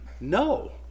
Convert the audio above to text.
No